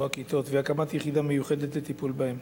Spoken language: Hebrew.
הכִּתות והקמת יחידה מיוחדת לטיפול בהם.